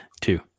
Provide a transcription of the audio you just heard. Two